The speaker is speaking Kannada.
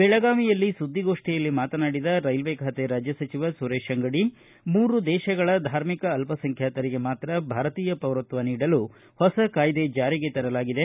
ಬೆಳಗಾವಿಯಲ್ಲಿ ನಿನ್ನೆ ಸುದ್ದಿಗೋಷ್ಠಿಯಲ್ಲಿ ಮಾತನಾಡಿದ ರೈಲ್ವೆ ಖಾತೆ ರಾಜ್ಯ ಸಚಿವ ಸುರೇಶ್ ಅಂಗಡಿ ಅವರು ಮೂರು ದೇಶಗಳ ಧಾರ್ಮಿಕ ಅಲ್ಲಸಂಬ್ಯಾತರಿಗೆ ಮಾತ್ರ ಭಾರತೀಯ ಪೌರತ್ವ ನೀಡಲು ಹೊಸ ಕಾಯ್ದೆ ಜಾರಿಗೆ ತರಲಾಗಿದೆ